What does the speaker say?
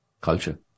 culture